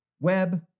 web